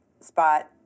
spot